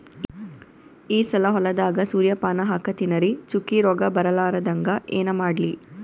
ಈ ಸಲ ಹೊಲದಾಗ ಸೂರ್ಯಪಾನ ಹಾಕತಿನರಿ, ಚುಕ್ಕಿ ರೋಗ ಬರಲಾರದಂಗ ಏನ ಮಾಡ್ಲಿ?